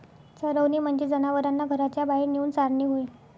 चरवणे म्हणजे जनावरांना घराच्या बाहेर नेऊन चारणे होय